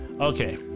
Okay